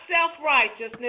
self-righteousness